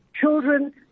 children